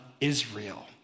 Israel